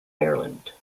ireland